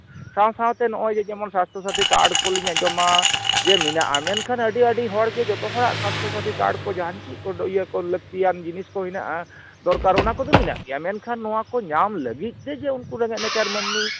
ᱥᱟᱶᱼᱥᱟᱶᱛᱮ ᱱᱚᱜᱼᱚᱭ ᱡᱮ ᱡᱮᱢᱚᱱ ᱥᱟᱥᱛᱷᱚ ᱥᱟᱛᱷᱤ ᱠᱟᱲ ᱠᱚᱞᱤᱧ ᱟᱸᱡᱚᱢᱟ ᱡᱮ ᱢᱮᱱᱟᱜᱼᱟ ᱢᱮᱱᱠᱷᱟᱱ ᱟᱹᱰᱤ ᱟᱹᱰᱤ ᱦᱚᱲ ᱜᱮ ᱡᱚᱛᱚ ᱦᱚᱲᱟᱜ ᱥᱟᱥᱛᱷᱚ ᱥᱟᱛᱷᱤ ᱠᱟᱲ ᱠᱚ ᱡᱟᱦᱟᱱ ᱪᱮᱫ ᱤᱭᱟᱹ ᱠᱚ ᱞᱟᱹᱠᱛᱤᱭᱟᱱ ᱡᱤᱱᱤᱥ ᱠᱚ ᱦᱮᱱᱟᱜᱼᱟ ᱫᱚᱨᱠᱟᱨ ᱚᱱᱟ ᱠᱚᱫᱚ ᱢᱮᱱᱟᱜ ᱜᱮᱭᱟ ᱢᱮᱱᱠᱷᱟᱱ ᱱᱚᱣᱟ ᱠᱚ ᱧᱟᱢ ᱞᱟᱹᱜᱤᱫ ᱛᱮ ᱡᱮ ᱩᱱᱠᱩ ᱨᱮᱸᱜᱮᱡ ᱱᱟᱪᱟᱨ ᱢᱟᱹᱱᱢᱤ